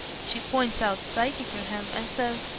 she points out psyche to him and says,